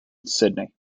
sydney